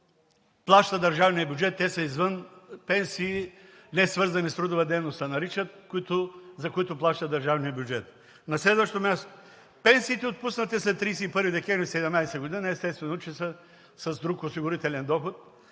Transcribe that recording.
плаща държавният бюджет. Те са извън пенсии, несвързани с трудова дейност се наричат, за които плаща държавният бюджет. На следващо място, пенсиите, отпуснати след 31 декември 2017 г., естествено, че ще са с друг осигурителен доход,